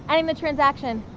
and um the transaction.